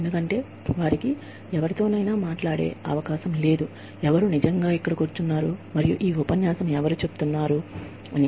ఎందుకంటే వాస్తవానికి ఇక్కడ కూర్చుని ఈ ఉపన్యాసం ఇచ్చే వారితో మాట్లాడటానికి వారికి అవకాశం లేదు